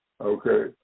okay